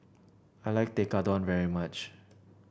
I like Tekkadon very much